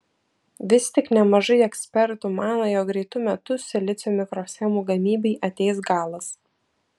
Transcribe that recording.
vis tik nemažai ekspertų mano jog greitu metu silicio mikroschemų gamybai ateis galas